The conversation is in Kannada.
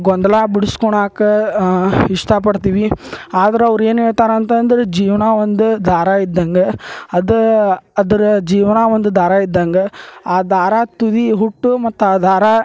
ಗೊಂದಲ ಬಿಡ್ಸ್ಕೊಳಕ್ಕೆ ಇಷ್ಟಪಡ್ತೀವಿ ಆದ್ರೆ ಅವ್ರು ಏನು ಹೇಳ್ತಾರೆ ಅಂತಂದರೆ ಜೀವನ ಒಂದು ದಾರ ಇದ್ದಂಗ ಅದು ಅದ್ರ ಜೀವನ ಒಂದು ದಾರ ಇದ್ದಂಗ ಆ ದಾರ ತುದಿ ಹುಟ್ಟು ಮತ್ತು ಆ ದಾರ